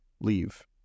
leave